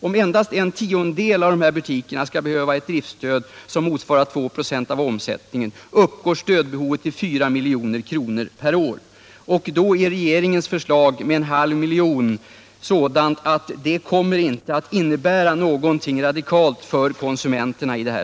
Om endast en tiondel av dessa butiker skulle behöva ett driftstöd som motsvarar 2 26 av omsättningen, uppgår stödbehovet till 4 milj.kr. per år. Då är regeringens förslag om en halv miljon sådant att det inte kommer att innebära någonting radikalt för konsumenterna.